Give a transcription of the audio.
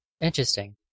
Interesting